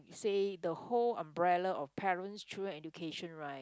say the whole umbrella of parents children education right